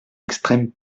extrême